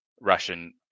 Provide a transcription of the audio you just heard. Russian